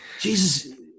Jesus